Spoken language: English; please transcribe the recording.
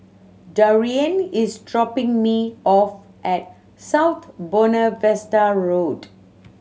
Darian is dropping me off at South Buona Vista Road